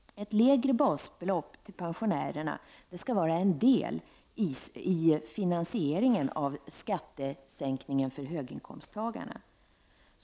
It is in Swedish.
Ett lägre basbelopp till pensionärerna skall vara en del i finansieringen av skattesänkningen för höginkomsttagarna.